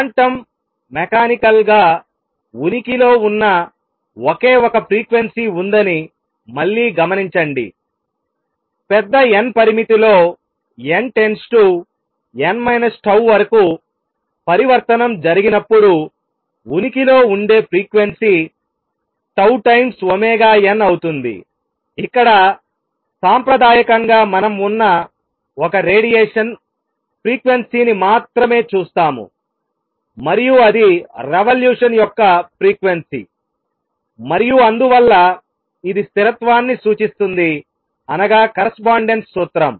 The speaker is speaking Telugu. క్వాంటం మెకానికల్గా ఉనికిలో ఉన్న ఒకే ఒక ఫ్రీక్వెన్సీ ఉందని మళ్ళీ గమనించండిపెద్ద n పరిమితిలో n → n τ వరకు పరివర్తనం జరిగినప్పుడుఉనికిలో ఉండే ఫ్రీక్వెన్సీ τ టైమ్స్ n అవుతుందిఇక్కడ సాంప్రదాయకంగా మనం ఉన్న ఒక రేడియేషన్ ఫ్రీక్వెన్సీని మాత్రమే చూస్తాము మరియు అది రెవల్యూషన్ యొక్క ఫ్రీక్వెన్సీ మరియు అందువల్ల ఇది స్థిరత్వాన్ని సూచిస్తుంది అనగా కరెస్పాండెన్స్ సూత్రం